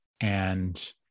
and-